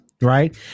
Right